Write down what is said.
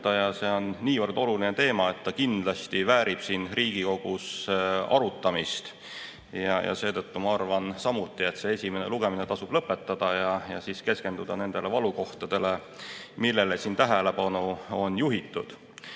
Ja see on nii oluline teema, et see kindlasti väärib siin Riigikogus arutamist. Seetõttu ma arvan samuti, et esimene lugemine tasub lõpetada ja keskenduda siis nendele valukohtadele, millele siin tähelepanu on juhitud. Küll